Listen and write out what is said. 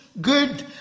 good